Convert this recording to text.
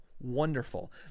Wonderful